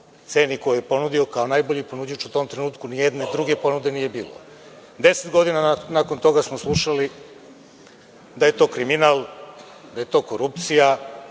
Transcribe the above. ceni koju je ponudio kao najbolji ponuđač u tom trenutku, ni jedne druge ponude nije bilo. Deset godina nakon toga smo slušali da je to kriminal, da je to korupcija,